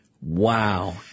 Wow